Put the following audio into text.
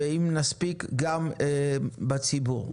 אם נספיק ניתן זמן לשאלות נציגי הציבור.